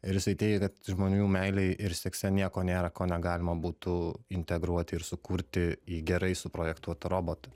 ir jisai teigia kad žmonių meilėj ir sekse nieko nėra ko negalima būtų integruoti ir sukurti į gerai suprojektuotą robotą